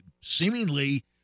seemingly